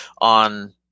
on